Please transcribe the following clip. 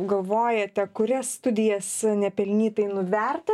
galvojate kurias studijas nepelnytai nuvertina